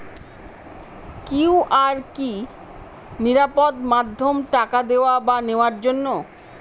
QR কি নিরাপদ মাধ্যম টাকা দেওয়া বা নেওয়ার জন্য?